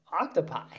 Octopi